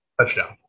Touchdown